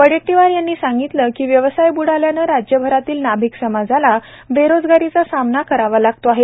वडेट्टीवार यांनी सांगितले की व्यवसाय ब्डाल्याने राज्यभरातील नाभिक समाजाला बेरोजगारीचा सामना करावा लागत आहे